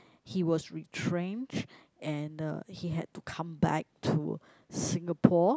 he was retrenched and uh he had to come back to Singapore